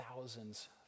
thousands